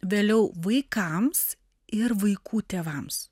vėliau vaikams ir vaikų tėvams